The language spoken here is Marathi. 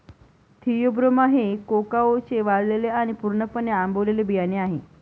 थिओब्रोमा हे कोकाओचे वाळलेले आणि पूर्णपणे आंबवलेले बियाणे आहे